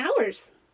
hours